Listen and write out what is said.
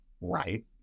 right